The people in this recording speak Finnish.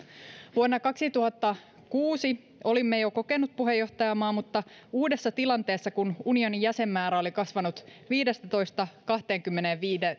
vuonna kaksituhattakuusi olimme jo kokenut puheenjohtajamaa mutta uudessa tilanteessa kun unionin jäsenmäärä oli kasvanut viidestätoista kahteenkymmeneenviiteen